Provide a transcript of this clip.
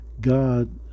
God